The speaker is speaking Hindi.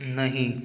नहीं